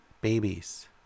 babies